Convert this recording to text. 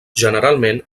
generalment